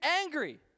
angry